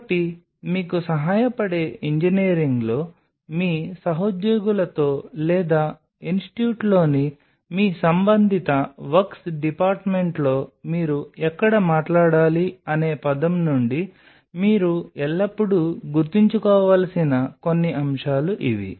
కాబట్టి మీకు సహాయపడే ఇంజినీరింగ్లో మీ సహోద్యోగులతో లేదా ఇన్స్టిట్యూట్లోని మీ సంబంధిత వర్క్స్ డిపార్ట్మెంట్లో మీరు ఎక్కడ మాట్లాడాలి అనే పదం నుండి మీరు ఎల్లప్పుడూ గుర్తుంచుకోవలసిన కొన్ని అంశాలు ఇవి